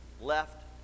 left